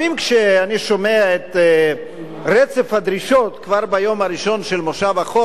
כשאני שומע את רצף הדרישות כבר ביום הראשון של מושב החורף,